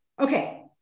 Okay